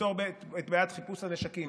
תפתור את בעיית חיפוש הנשקים.